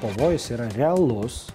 pavojus yra realus